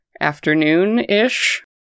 afternoon-ish